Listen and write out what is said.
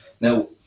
Now